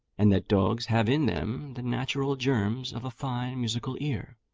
and that dogs have in them the natural germs of a fine musical ear.